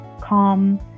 calm